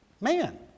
man